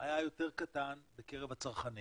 היה יותר קטן בקרב הצרכנים